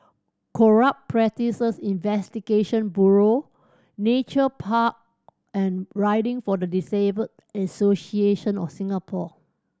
Corrupt Practices Investigation Bureau Nature Park and Riding for the Disabled Association of Singapore